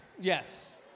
Yes